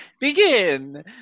begin